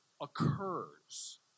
occurs